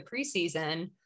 preseason